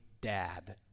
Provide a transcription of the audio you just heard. dad